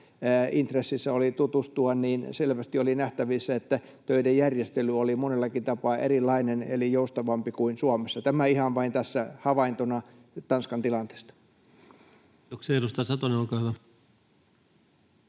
intressissä oli tutustua, selvästi oli nähtävissä, että töiden järjestely oli monellakin tapaa erilainen eli joustavampi kuin Suomessa. Tämä ihan vain tässä havaintona Tanskan tilanteesta. [Speech 109] Speaker: